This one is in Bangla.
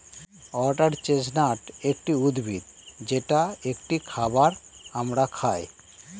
ওয়াটার চেস্টনাট একটি উদ্ভিদ যেটা একটি খাবার আমরা খাই